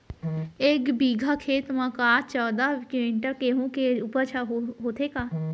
एक बीघा खेत म का चौदह क्विंटल गेहूँ के उपज ह होथे का?